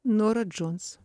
nora džons